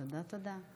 תודה, תודה.